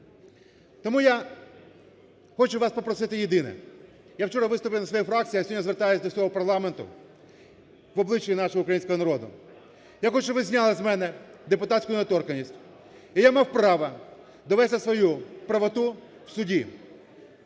Тому я хочу вас попросити єдине. Я вчора виступив на своїй фракції, а сьогодні звертаюсь до всього парламенту, "обличчя" нашого українського народу. Я хочу, щоб ви зняли з мене депутатську недоторканність і я мав право довести свою правоту в суді